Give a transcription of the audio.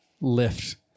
lift